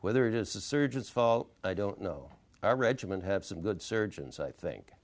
whether it is the surgeons fault i don't know our regiment have some good surgeons i think